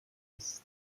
bis